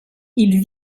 ils